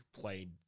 played